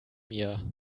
mir